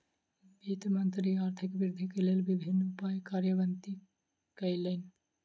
वित्त मंत्री आर्थिक वृद्धि के लेल विभिन्न उपाय कार्यान्वित कयलैन